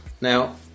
Now